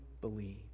believe